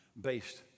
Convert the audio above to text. based